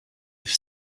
with